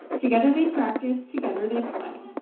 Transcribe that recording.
together they practice, together they play.